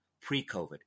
pre-COVID